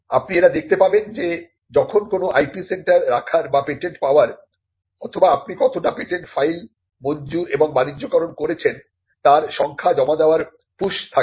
আপনি এটা দেখতে পাবেন যে যখন কোন IP সেন্টার রাখার বা পেটেন্ট পাওয়ার অথবা আপনি কতটা পেটেন্ট ফাইল মঞ্জুর এবং বাণিজ্যকরণ করেছেন তার সংখ্যা জমা দেওয়ার পুশ থাকে